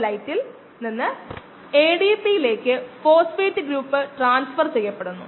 അത് വളരുന്നത് കോശങ്ങളുടെ വിഭജനത്തിലൂടെയല്ല ഹൈഫയുടെ വിപുലീകരണത്തിലൂടെയാണ്